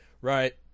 right